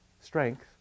strength